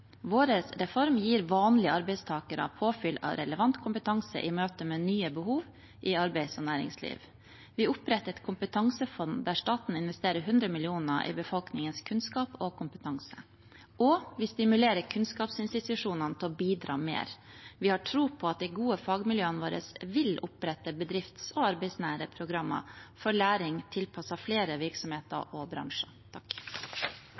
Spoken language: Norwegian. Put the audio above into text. vår reform gir vanlige arbeidstakere påfyll av relevant kompetanse i møte med nye behov i arbeids- og næringsliv. Vi oppretter et kompetansefond der staten investerer 100 mill. kr i befolkningens kunnskap og kompetanse, og vi stimulerer kunnskapsinstitusjonene til å bidra mer. Vi har tro på at de gode fagmiljøene våre vil opprette bedrifts- og arbeidsnære programmer for læring tilpasset flere